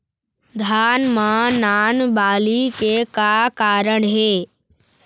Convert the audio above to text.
धान म नान बाली के का कारण हे?